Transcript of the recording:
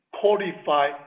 qualify